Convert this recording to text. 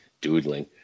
doodling